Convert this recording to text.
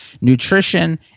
nutrition